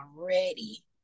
already